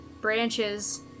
branches